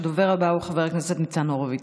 הדובר הבא הוא חבר הכנסת ניצן הורוביץ.